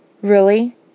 Really